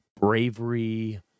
bravery